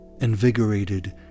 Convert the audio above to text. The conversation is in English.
Invigorated